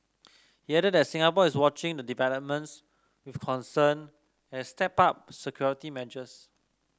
he added that Singapore is watching the developments with concern and stepped up security measures